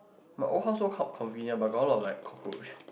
my old house so con~ convenient but got a lot of like cockroach